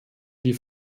die